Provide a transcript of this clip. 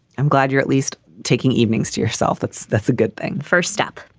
i'm glad you're at least taking evenings to yourself. that's that's a good thing. first step.